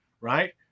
Right